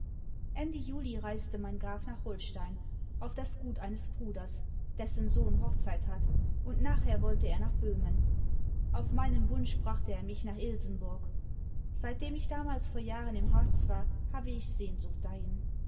juli reiste mein graf nach holstein auf das gut eines bruders dessen sohn hochzeit hat und nachher wollte er nach böhmen auf meinen wunsch brachte er mich nach ilsenbuig seitdem ich damals vor jahren im harz war habe ich eine sehnsucht dahin